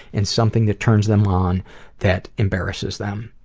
and something that turns them on that embarrasses them.